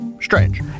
Strange